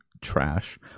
trash